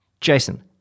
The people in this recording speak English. Jason